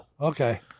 Okay